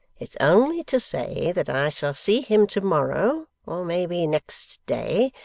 it's only to say that i shall see him to-morrow or maybe next day,